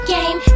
Game